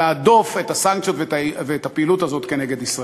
להדוף את הסנקציות ואת הפעילות הזאת נגד ישראל.